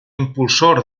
impulsor